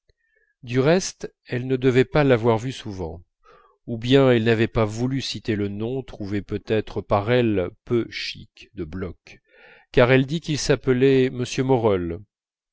du reste elle ne devait pas l'avoir vu souvent ou bien elle n'avait pas voulu citer le nom trouvé peut-être par elle peu chic de bloch car elle dit qu'il s'appelait m moreul